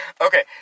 Okay